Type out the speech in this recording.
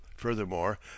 Furthermore